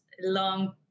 long